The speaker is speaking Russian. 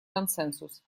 консенсус